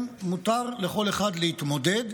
מותר לכל אחד להתמודד.